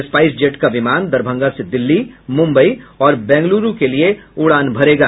spice jet का विमान दरभंगा से दिल्ली मुम्बई और बेंगलुरू के लिए उड़ान भरेगा